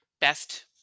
best